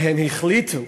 והם החליטו,